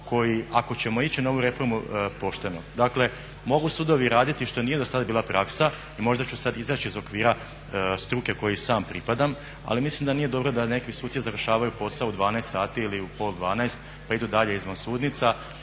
koji ako ćemo ići na ovu reformu pošteno, dakle mogu sudovi raditi što nije dosad bila praksa i možda ću sad izaći iz okvira struke kojoj i sam pripadam, ali mislim da nije dobro da neki suci završavaju posao u 12 sati ili u pola 12 pa idu dalje izvan sudnica.